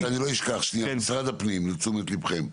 כדי שלא אשכח, משרד הפנים, לתשומת לבכם: